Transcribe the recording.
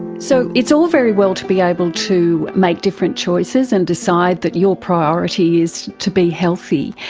so it's all very well to be able to make different choices and decide that your priority is to be healthy.